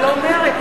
ולא מרצ,